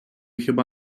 хіба